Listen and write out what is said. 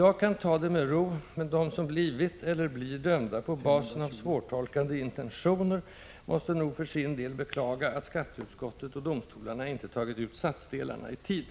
Jag kan ta detta med ro, men de som blivit eller blir dömda på 24 april 1986 basen av svårtolkade intentioner måste nog för sin del beklaga att skatteutskottet och domstolarna inte tagit ut satsdelarna i tid.